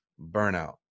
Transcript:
burnout